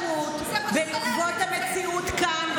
בחוק הפרשנות אני רוצה פרשנות בעקבות המציאות כאן,